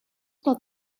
dat